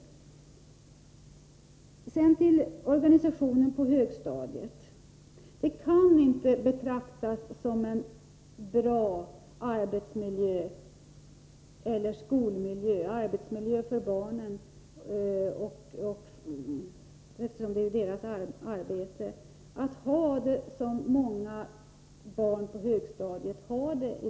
När det gäller organisationen på högstadiet kan det inte betraktas som en bra arbetsmiljö för barnen — skolan är ju barnens arbete — att ha det så som många barn har det på högstadiet i dag.